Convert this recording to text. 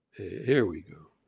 here we go.